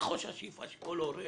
נכון שהשאיפה של כל הורה